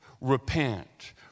repent